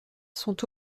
sont